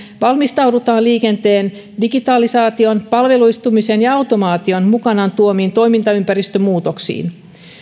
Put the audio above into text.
valmistaudutaan liikenteen digitalisaation palveluistumisen ja automaation mukanaan tuomiin toimintaympäristömuutoksiin